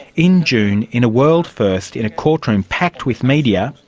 in june in a world-first in a courtroom packed with media,